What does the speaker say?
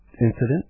incident